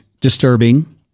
disturbing